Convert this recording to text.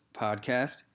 podcast